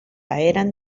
eren